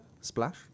splash